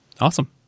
Awesome